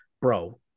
bro